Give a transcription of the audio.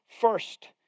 First